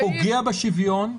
הוא פוגע בשוויון.